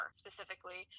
specifically